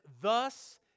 Thus